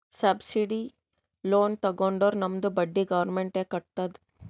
subsidised loan ತಗೊಂಡುರ್ ನಮ್ದು ಬಡ್ಡಿ ಗೌರ್ಮೆಂಟ್ ಎ ಕಟ್ಟತ್ತುದ್